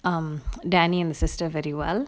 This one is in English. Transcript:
um danny and the sister very well